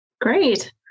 great